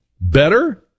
better